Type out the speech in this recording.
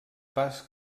pas